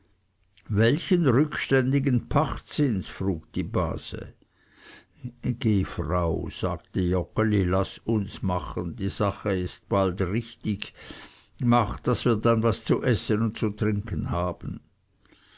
welch rückständigen pachtzins frug die base geh frau sagte joggeli laß uns machen die sache ist bald richtig mach daß wir dann was zu essen und zu trinken haben